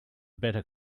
better